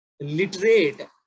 literate